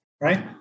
Right